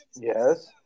Yes